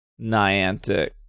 Niantic